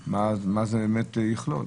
מה זה באמת יכלול?